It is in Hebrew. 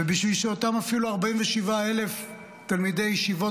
ובשביל שאותם אפילו 47,000 תלמידי ישיבות